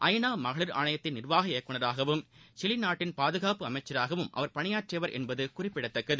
ஐ நா மகளிர் ஆணையத்தின் நிர்வர்க இயக்குநராகவும் சிலிநாட்டின் பாதுகாப்பு அமைச்சராகவும் அவர் பணியாற்றியவர் என்பதுகுறிப்பிடத்தக்கது